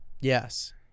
Yes